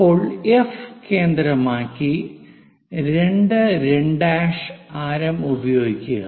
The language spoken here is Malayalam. ഇപ്പോൾ എഫ് കേന്ദ്രമാക്കി 2 2 ആരം ഉപയോഗിക്കുക